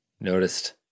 Noticed